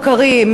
המוסדות המוכרים,